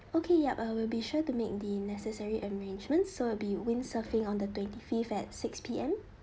okay yup uh will be sure to make the necessary arrangements so will be windsurfing on the twenty fifth at six P_M